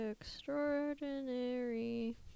Extraordinary